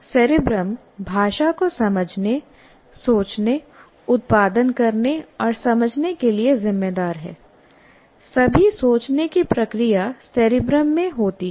cerebrum भाषा को समझने सोचने उत्पादन करने और समझने के लिए जिम्मेदार है सभी सोचने की प्रक्रिया सेरेब्रम में होती है